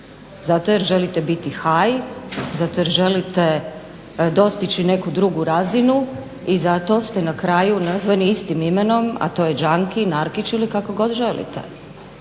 Zato jer želite biti high, zato jer želite dostići neku drugu razinu i zato ste na kraju nazvani istim imenom, a to je junky – narkić ili kako god želite.